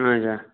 اچھا